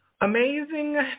amazing